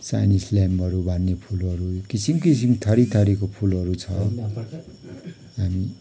साइनिज ल्याम्बहरू भन्ने फुलहरू किसिम किसिम थरीथरीको फुलहरू छ हामी